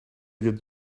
get